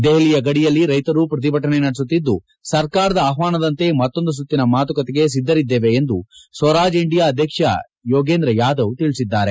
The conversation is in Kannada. ದೆಹಲಿಯ ಗಡಿಯಲ್ಲಿ ರೈತರು ಪ್ರತಿಭಟನೆ ನಡೆಸುತ್ತಿದ್ದು ಸರ್ಕಾರದ ಆಹ್ವಾನದಂತೆ ಮತ್ತೊಂದು ಸುತ್ತಿನ ಮಾತುಕತೆಗೆ ಸಿದ್ಧರಿದ್ದೇವೆ ಎಂದು ಸ್ವರಾಜ್ ಇಂಡಿಯಾ ಅಧ್ಯಕ್ಷ ಯೋಗೇಂದ್ರ ಯಾದವ್ ಹೇಳಿದ್ದಾರೆ